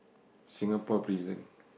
Singapore prison